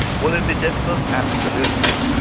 will it be difficult? absolutely.